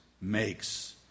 makes